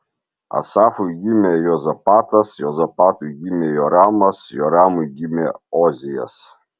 asafui gimė juozapatas juozapatui gimė joramas joramui gimė ozijas